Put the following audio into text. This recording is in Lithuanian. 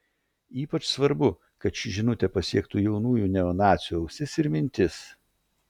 ypač svarbu kad ši žinutė pasiektų jaunųjų neonacių ausis ir mintis